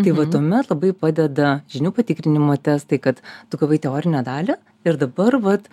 tai va tuomet labai padeda žinių patikrinimo testai kad tu gavai teorinę dalį ir dabar vat